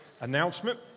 announcement